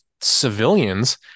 civilians